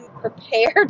prepared